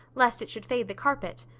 lest it should fade the carpet.